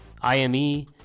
ime